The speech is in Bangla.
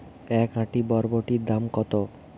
এক আঁটি বরবটির দাম কত?